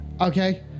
Okay